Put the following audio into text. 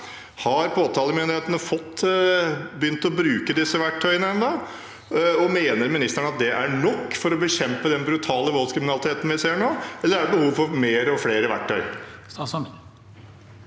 Har påtalemyndighetene fått begynne å bruke disse verktøyene ennå, og mener ministeren at det er nok for å bekjempe den brutale voldskriminaliteten vi ser nå, eller er det behov for mer og flere verktøy?